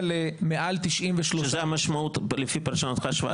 גם אין שינויים בין המדינות.